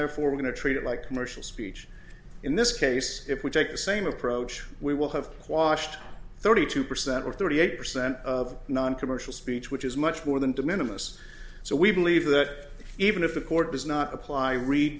therefore we're going to treat it like commercial speech in this case if we take the same approach we will have washed thirty two percent or thirty eight percent of noncommercial speech which is much more than de minimus so we believe that even if a court does not apply read